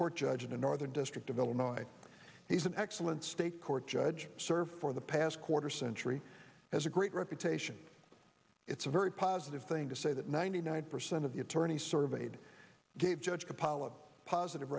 court judge in the northern district of illinois he's an excellent state court judge served for the past quarter century as a great reputation it's a very positive thing to say that ninety nine percent of the attorneys surveyed gave judge compile a positive